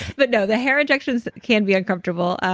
but no, the hair injections can be uncomfortable.